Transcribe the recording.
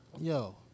yo